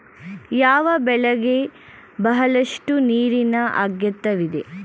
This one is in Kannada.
ಯಾವ ಬೆಳೆಗೆ ಬಹಳಷ್ಟು ನೀರಿನ ಅಗತ್ಯವಿದೆ?